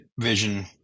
Vision